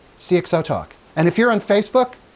cxotalk. and if you're on facebook,